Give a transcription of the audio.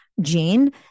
gene